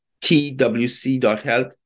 TWC.health